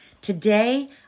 Today